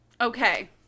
Okay